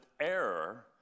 error